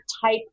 type